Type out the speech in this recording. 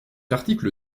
article